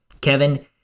Kevin